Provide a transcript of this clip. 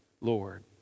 Lord